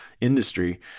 industry